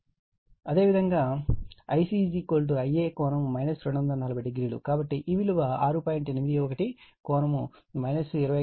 అదేవిధంగా Ic Ia ∠ 2400 కాబట్టి ఈ విలువ 6